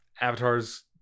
avatars